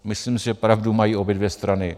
Myslím si, že pravdu mají obě dvě strany.